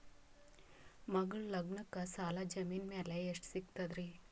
ಮಗಳ ಲಗ್ನಕ್ಕ ಸಾಲ ಜಮೀನ ಮ್ಯಾಲ ಎಷ್ಟ ಸಿಗ್ತದ್ರಿ?